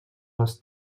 les